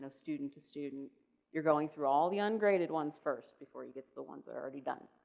student-to-student, you're going through all the ungraded ones first before you get the the ones are already done.